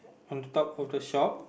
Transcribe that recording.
on top of the shop